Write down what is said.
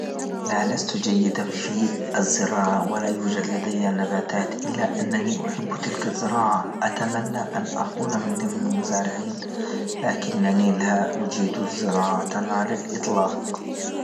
لا لست جيدا في الزراعة ولا يوجد لدي نباتات إلا أنني أحب تلك الزراعة، أتمنى أن أكون من ضمن المزارعين لكنني لا أجيد الزراعة على الاطلاق.